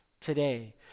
today